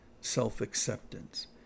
self-acceptance